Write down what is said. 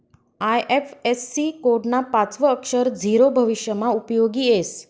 IFSC code ना पाचवं अक्षर झीरो भविष्यमा उपयोगी येस